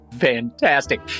fantastic